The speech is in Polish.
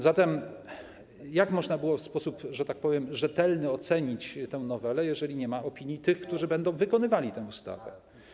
Zatem jak można było w sposób, że tak powiem, rzetelny ocenić tę nowelę, jeżeli nie ma opinii tych, którzy będą wykonywali tę ustawę?